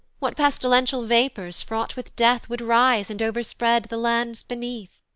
what pestilential vapours, fraught with death, would rise, and overspread the lands beneath?